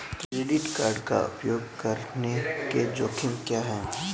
Credit card का उपयोग करने के जोखिम क्या हैं?